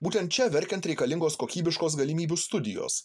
būtent čia verkiant reikalingos kokybiškos galimybių studijos